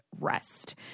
rest